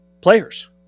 players